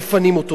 מפנים אותו.